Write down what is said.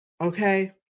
Okay